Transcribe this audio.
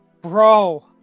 bro